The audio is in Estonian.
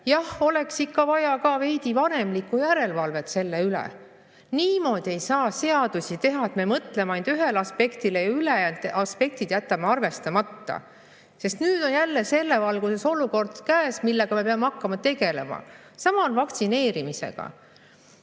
jah, oleks ikka vaja ka veidi vanemlikku järelevalvet selle üle. Niimoodi ei saa seadusi teha, et me mõtleme ainult ühele aspektile ja ülejäänud aspektid jätame arvestamata. Nüüd on jälle selle valguses käes olukord, millega me peame hakkama tegelema. Sama on vaktsineerimisega.